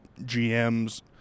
GMs